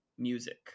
music